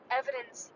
evidence